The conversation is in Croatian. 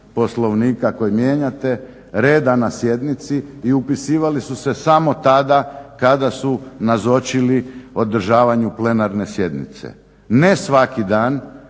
Poslovnika koji mijenjate reda na sjednici i upisivali su se samo tada kada su nazočili održavanju plenarne sjednice, ne svaki dan,